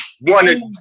one